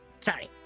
Sorry